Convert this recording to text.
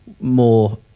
more